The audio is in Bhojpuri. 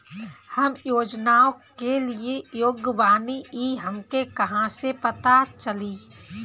हम योजनाओ के लिए योग्य बानी ई हमके कहाँसे पता चली?